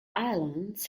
islands